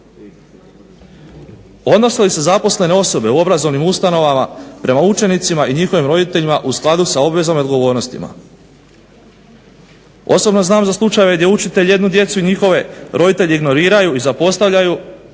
Odnose li se zaposlene osobe u obrazovnim ustanovama prema učenicima i njihovim roditeljima u skladu sa obvezama i odgovornostima. Osobno znam za slučajeve gdje učitelj jednu djecu i njihove roditelje ignoriraju i zapostavljaju